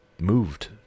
moved